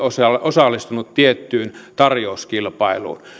osallistunut tiettyyn tarjouskilpailuun